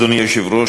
אדוני היושב-ראש,